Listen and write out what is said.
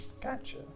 Gotcha